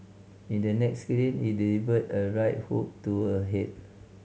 in the next scene he delivers a right hook to her head